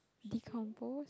decompose